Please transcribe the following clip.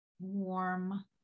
warm